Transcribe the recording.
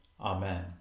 Amen